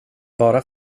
bara